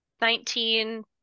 nineteen